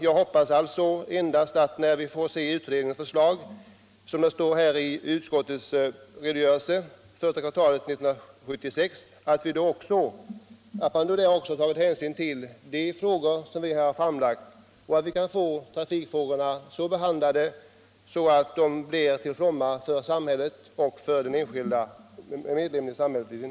Jag hoppas alltså att när vi får se utredningsförslaget — under första kvartalet 1976, som det står i utskottsbetänkandet — skall vi kunna konstatera att man där tagit hänsyn till de frågor som här förts fram och att vi kan få trafikfrågorna så behandlade att det blir till fromma för samhället och för den enskilde medborgaren.